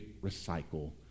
recycle